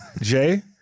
Jay